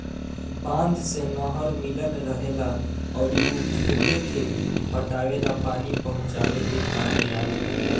बांध से नहर मिलल रहेला अउर उ खेते के पटावे ला पानी पहुचावे के काम में आवेला